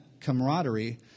camaraderie